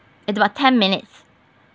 it's about ten minutes